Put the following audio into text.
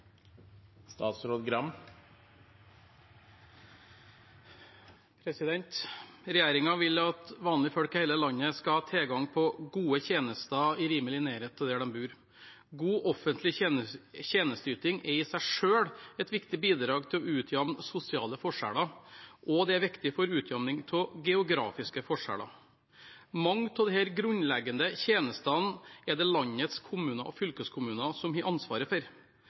i seg selv et viktig bidrag til å utjamne sosiale forskjeller, og det er viktig for utjamning av geografiske forskjeller. Mange av disse grunnleggende tjenestene er det landets kommuner og fylkeskommuner som har ansvaret for.